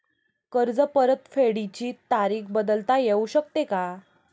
कर्ज परतफेडीची तारीख बदलता येऊ शकते का?